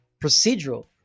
procedural